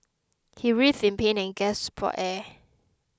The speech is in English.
he writhed in pain and gasped for air